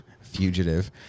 fugitive